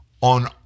on